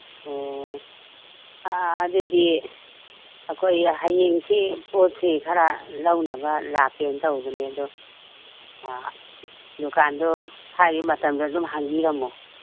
ꯑꯣ ꯑꯗꯨꯗꯤ ꯑꯩꯈꯣꯏ ꯍꯌꯦꯡꯁꯤ ꯄꯣꯠꯁꯤ ꯈꯔ ꯂꯧꯅꯕ ꯂꯥꯛꯀꯦꯅ ꯇꯧꯕꯅꯤ ꯑꯗꯣ ꯗꯨꯀꯥꯟꯗꯣ ꯍꯥꯏꯔꯤ ꯃꯇꯝꯁꯤꯗ ꯑꯗꯨꯝ ꯍꯥꯡꯕꯤꯔꯝꯃꯣ